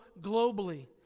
globally